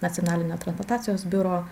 nacionalinio transplantacijos biuro